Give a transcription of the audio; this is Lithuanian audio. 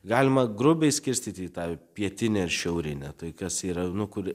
galima grubiai skirstyti į tą pietinę ir šiaurinę tai kas yra nu kur